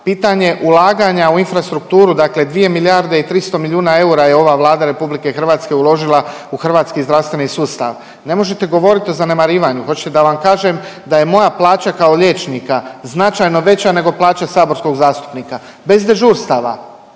Pitanje ulaganja u infrastrukturu, dakle 2 milijarde i 300 milijuna eura je ova Vlada RH uložila u hrvatski zdravstveni sustav. Ne možete govorit o zanemarivanju. Hoćete da vam kažem da je moja plaća kao liječnika značajno veća nego plaća saborskog zastupnika, bez dežurstava,